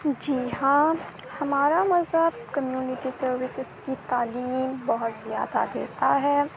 جی ہاں ہمارا مذہب کمیونٹی سرویسیز کی تعلیم بہت زیادہ دیتا ہے